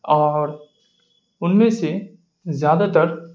اور ان میں سے زیادہ تر